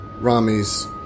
Rami's